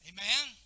Amen